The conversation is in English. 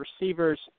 receivers